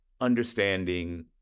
understanding